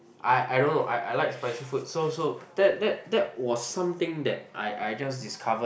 I I don't know I I like spicy food so so that that that was something that I I just discovered